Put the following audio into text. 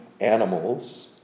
animals